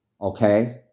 Okay